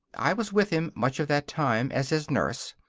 i was with him much of that time as his nurse.